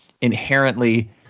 inherently